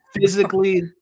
physically